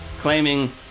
claiming